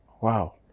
Wow